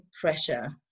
pressure